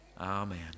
Amen